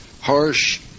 harsh